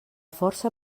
força